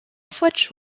switch